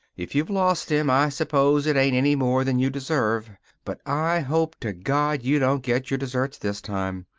if you've lost him i suppose it ain't any more than you deserve but i hope to god you don't get your deserts this time.